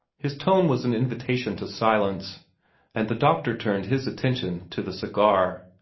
his tone was an invitation to silence and the doctor turned his attention to the cigar,